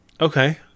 Okay